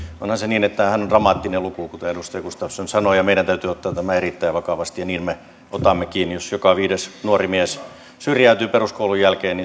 onhan se niin että tämähän on dramaattinen luku kuten edustaja gustafsson sanoi ja meidän täytyy ottaa tämä erittäin vakavasti ja niin me otammekin jos joka viides nuori mies syrjäytyy peruskoulun jälkeen